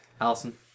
Allison